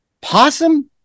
Possum